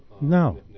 No